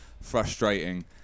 frustrating